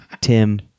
Tim